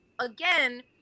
again